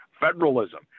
federalism